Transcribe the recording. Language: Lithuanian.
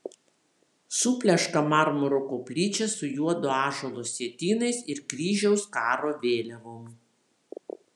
supleška marmuro koplyčia su juodo ąžuolo sietynais ir kryžiaus karo vėliavom